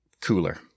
cooler